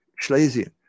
Schlesien